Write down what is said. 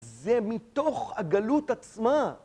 זה מתוך הגלות עצמה!